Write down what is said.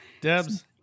Debs